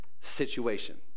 situation